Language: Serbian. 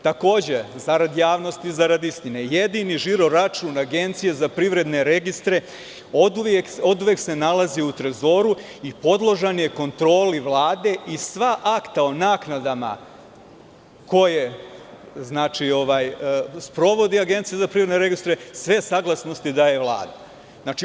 Takođe, zarad javnosti, zarad istine, jedini žiro račun Agencije za privredne registre oduvek se nalazio u Trezoru i podložan je kontroli Vlade i sva akta o naknadama koje sprovodi Agencija za privredne registre, sve saglasnosti daje Vladi.